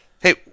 hey